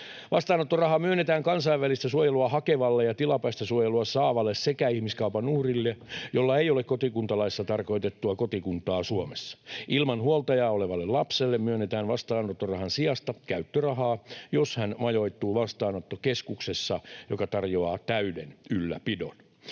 Vastaanottoraha myönnetään kansainvälistä suojelua hakevalle ja tilapäistä suojelua saavalle sekä ihmiskaupan uhrille, jolla ei ole kotikuntalaissa tarkoitettua kotikuntaa Suomessa. Ilman huoltajaa olevalle lapselle myönnetään vastaanottorahan sijasta käyttörahaa, jos hän majoittuu vastaanottokeskuksessa, joka tarjoaa täyden ylläpidon.